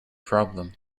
problem